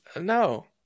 No